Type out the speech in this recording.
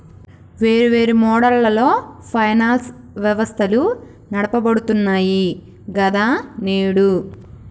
వేర్వేరు మోడళ్లలో ఫైనాన్స్ వ్యవస్థలు నడపబడుతున్నాయి గదా నేడు